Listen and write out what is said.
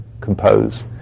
compose